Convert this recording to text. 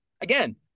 Again